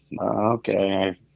Okay